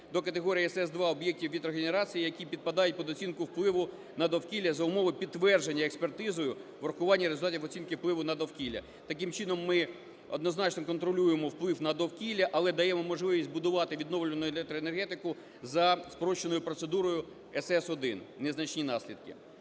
до категорії СС2 об'єктів вітрогенерації, які підпадають під оцінку впливу на довкілля за умови підтвердження експертизою врахування результатів оцінки впливу на довкілля. Таким чином, ми однозначно контролюємо вплив на довкілля, але даємо можливість будувати відновлювальну електроенергетику за скороченою процедурою СС1 "незначні наслідки".